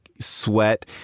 sweat